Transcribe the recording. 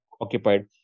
occupied